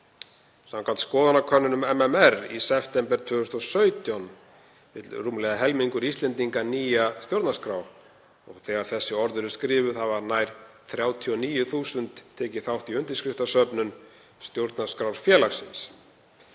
nýlegri skoðanakönnun MMR í september 2017 vill rúmlega helmingur Íslendinga nýja stjórnarskrá og þegar þessi orð eru skrifuð hafa nær 39.000 tekið þátt í undirskriftasöfnun Stjórnarskrárfélagsins.